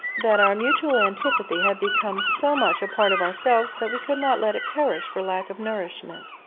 that our mutual antipathy had become so much a part of ourselves, that we could not let it perish for lack of nourishment.